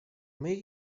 myj